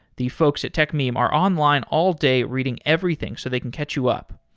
the folks at techmeme are online all day reading everything so they can catch you up.